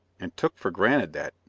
and took for granted that,